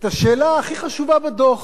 את השאלה הכי חשובה בדוח: